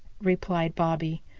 replied bobby.